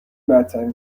بدترین